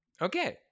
Okay